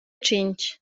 tschinch